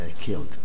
killed